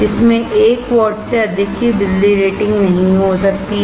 इसमें 1 वाट से अधिक की बिजली रेटिंग नहीं हो सकती है